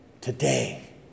Today